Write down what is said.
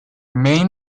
main